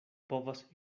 povas